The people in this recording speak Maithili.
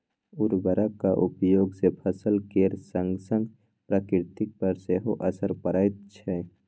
उर्वरकक उपयोग सँ फसल केर संगसंग प्रकृति पर सेहो असर पड़ैत छै